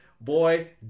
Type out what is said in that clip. Boy